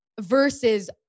versus